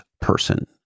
person